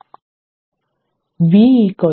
V 33